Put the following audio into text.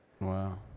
wow